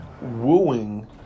wooing